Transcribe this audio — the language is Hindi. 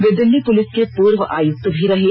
वे दिल्ली पुलिस के पूर्व आयुक्त भी रहें